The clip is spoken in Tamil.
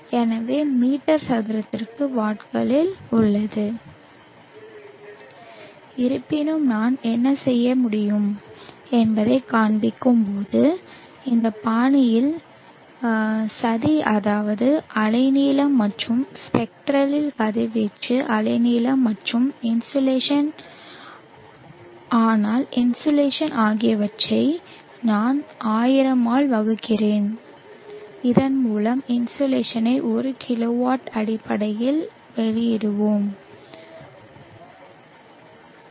எனவே மீட்டர் சதுரத்திற்கு வாட்களில் உள்ளது இருப்பினும் நான் என்ன செய்ய முடியும் என்பதைக் காண்பிக்கும் போது இந்த பாணியில் சதி அதாவது அலைநீளம் மற்றும் ஸ்பெக்ட்ரல் கதிர்வீச்சு அலைநீளம் மற்றும் இன்சோலேஷன் ஆனால் இன்சோலேஷன் ஆகியவற்றை நான் 1000 ஆல் வகுக்கிறேன் இதன் மூலம் இன்சோலேஷனை ஒரு கிலோவாட் அடிப்படையில் வெளியிடுவோம் மீட்டர் சதுரம்